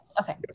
okay